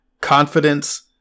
Confidence